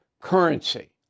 currency